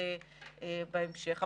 להתבטא בהמשך.